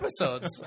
episodes